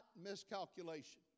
miscalculation